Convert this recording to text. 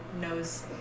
knows